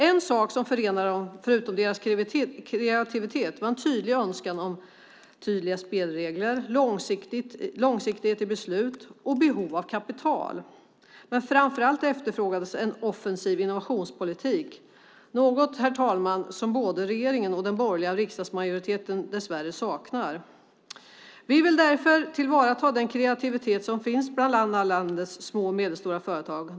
En sak som förenade dem förutom deras kreativitet var en önskan om tydliga spelregler, långsiktighet i beslut och kapital. Framför allt efterfrågades en offensiv innovationspolitik. Det är något, herr talman, som både regeringen och den borgerliga riksdagsmajoriteten dess värre saknar. Vi vill därför tillvarata den kreativitet som finns bland landets små och medelstora företag.